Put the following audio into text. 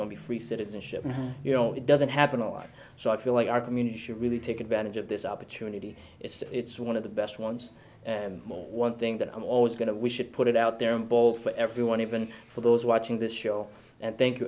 going to be free citizenship and you know it doesn't happen a lot so i feel like our community should really take advantage of this opportunity it's one of the best ones more one thing that i'm always going to we should put it out there and bowl for everyone even for those watching this show and thank